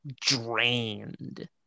drained